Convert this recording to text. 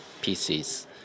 pieces